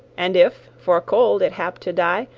and if, for cold, it hap to die,